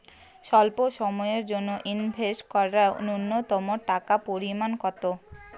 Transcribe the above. স্বল্প সময়ের জন্য ইনভেস্ট করার নূন্যতম টাকার পরিমাণ কত?